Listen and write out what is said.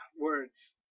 words